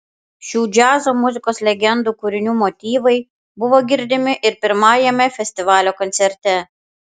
šių džiazo muzikos legendų kūrinių motyvai buvo girdimi ir pirmajame festivalio koncerte